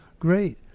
Great